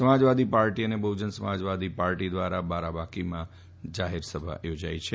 સમાજવાદી અને બહ્જન સમાજવાદી પાર્ટી દ્વારા બારાબાંકીમાં જાહેર સભા યોજાઈ છે